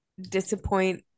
disappoint